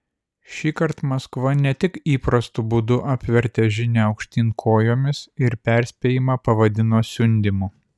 šįkart maskva ne tik įprastu būdu apvertė žinią aukštyn kojomis ir perspėjimą pavadino siundymu